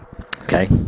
Okay